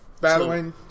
Battling